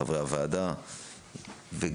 חברי הוועדה וגם